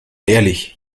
ehrlich